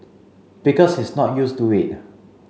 because he's not used to it